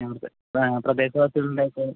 അവിടുത്തെ ആ പ്രദേശവാസികൾ